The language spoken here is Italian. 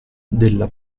della